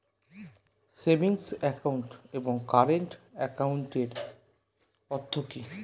Savings account এবং current একাউন্টের অর্থ কি?